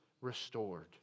restored